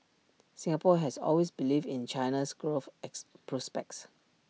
Singapore has always believed in China's growth is prospects